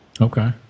Okay